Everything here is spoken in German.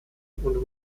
und